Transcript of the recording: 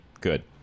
good